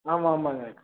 ஆமாம் ஆமாங்க